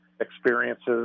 experiences